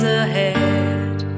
ahead